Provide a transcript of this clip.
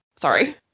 Sorry